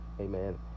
amen